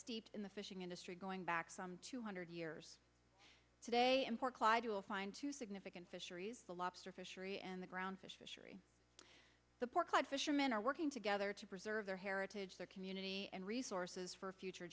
steeped in the fishing industry going back some two hundred years today and to a fine to significant fisheries the lobster fishery and the ground fish fishery the poor cod fishermen are working together to preserve their heritage their community and resources for future